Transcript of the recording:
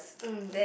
ah